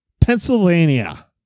Pennsylvania